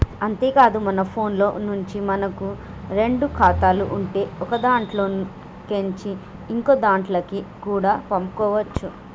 అంతేకాదు మన ఫోన్లో నుంచే మనకు రెండు ఖాతాలు ఉంటే ఒకదాంట్లో కేంచి ఇంకోదాంట్లకి కూడా పంపుకోవచ్చు